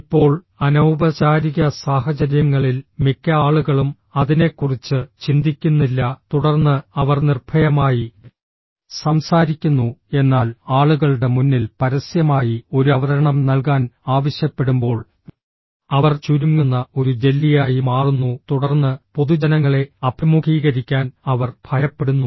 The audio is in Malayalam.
ഇപ്പോൾ അനൌപചാരിക സാഹചര്യങ്ങളിൽ മിക്ക ആളുകളും അതിനെക്കുറിച്ച് ചിന്തിക്കുന്നില്ല തുടർന്ന് അവർ നിർഭയമായി സംസാരിക്കുന്നു എന്നാൽ ആളുകളുടെ മുന്നിൽ പരസ്യമായി ഒരു അവതരണം നൽകാൻ ആവശ്യപ്പെടുമ്പോൾ അവർ ചുരുങ്ങുന്ന ഒരു ജെല്ലിയായി മാറുന്നു തുടർന്ന് പൊതുജനങ്ങളെ അഭിമുഖീകരിക്കാൻ അവർ ഭയപ്പെടുന്നു